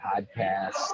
Podcast